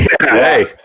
Hey